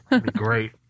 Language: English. great